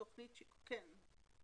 כן.